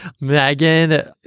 Megan